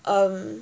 mm